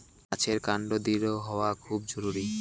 গাছের কান্ড দৃঢ় হওয়া খুব জরুরি